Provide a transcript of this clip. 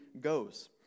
goes